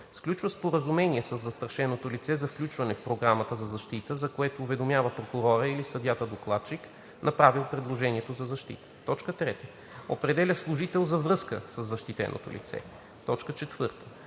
сключва споразумение със застрашеното лице за включване в Програмата за защита, за което уведомява прокурора или съдията докладчик, направил предложението за защита; 3. определя служител за връзка със защитеното лице; 4.